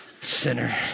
sinner